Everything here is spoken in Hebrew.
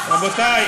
רבותי,